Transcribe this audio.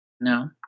no